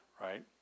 right